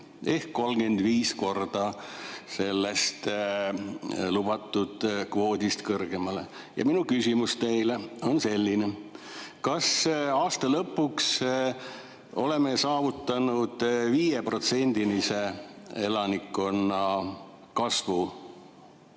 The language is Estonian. ehk 35 korda lubatud kvoodist kõrgemale. Minu küsimus teile on selline: kas aasta lõpuks oleme saavutanud 5%‑lise elanikkonna kasvu